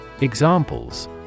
Examples